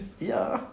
ya